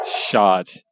shot